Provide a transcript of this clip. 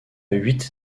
huit